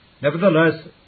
Nevertheless